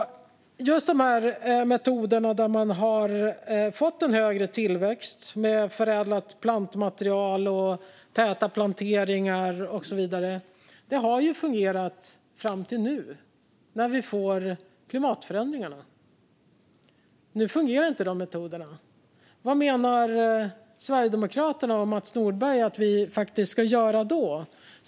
Just metoderna där man har fått större tillväxt med förädlat plantmaterial, täta planteringar och så vidare har fungerat fram till nu, när vi får klimatförändringar. Nu fungerar inte de metoderna. Vad menar Sverigedemokraterna och Mats Nordberg att vi ska göra då?